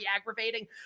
aggravating